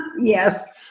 Yes